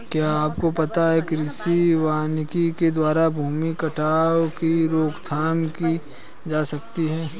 क्या आपको पता है कृषि वानिकी के द्वारा भूमि कटाव की रोकथाम की जा सकती है?